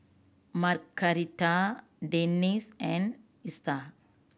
Margaretta Denine and Ester